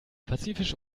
pazifische